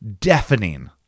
deafening